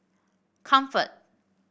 Comfort